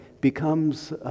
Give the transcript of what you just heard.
becomes